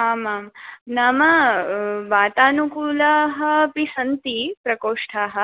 आमां नाम वातानुकूलाः अपि सन्ति प्रकोष्ठाः